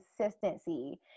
consistency